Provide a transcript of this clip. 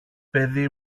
παιδί